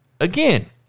again